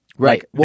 Right